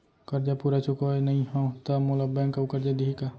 करजा पूरा चुकोय नई हव त मोला बैंक अऊ करजा दिही का?